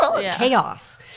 chaos